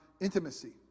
intimacy